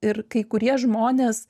ir kai kurie žmonės